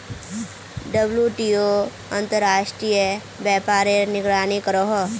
WTO अंतर्राश्त्रिये व्यापारेर निगरानी करोहो